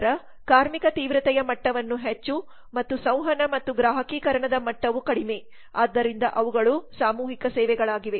ನಂತರ ನಾವು ಕಾರ್ಮಿಕ ತೀವ್ರತೆಯ ಮಟ್ಟವನ್ನು ಹೆಚ್ಚು ಮತ್ತು ಸಂವಹನ ಮತ್ತು ಗ್ರಾಹಕೀಕರಣದ ಮಟ್ಟವು ಕಡಿಮೆ ಆದ್ದರಿಂದ ಅವುಗಳು ಸಾಮೂಹಿಕ ಸೇವೆಗಳಾಗಿವೆ